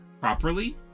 properly